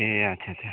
ए आच्छा छा